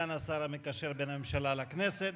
סגן השר המקשר בין הממשלה לכנסת.